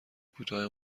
کوتاه